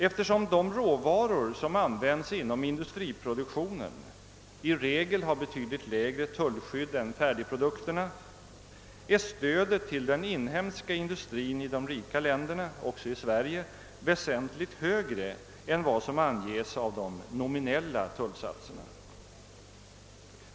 Eftersom de råvaror som används inom industriproduktion i hög grad har betydligt lägre tullskydd än färdigprodukterna, är stödet till den inhemska industrin i de rika länderna, också i Sverige, väsentligt högre än som anges av de normala tullsatserna.